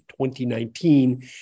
2019